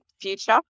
future